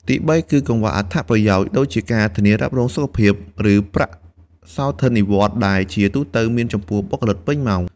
ទីបី គឺ កង្វះអត្ថប្រយោជន៍ ដូចជាការធានារ៉ាប់រងសុខភាព ឬប្រាក់សោធននិវត្តន៍ ដែលជាទូទៅមានចំពោះបុគ្គលិកពេញម៉ោង។